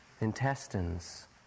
intestines